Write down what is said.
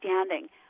understanding